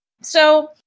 So-